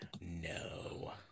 No